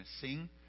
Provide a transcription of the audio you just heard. sing